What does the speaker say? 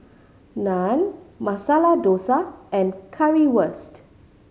Naan Masala Dosa and Currywurst